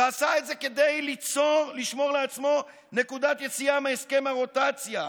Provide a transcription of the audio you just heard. ועשה את זה כדי לשמור לעצמו נקודת יציאה מהסכם הרוטציה.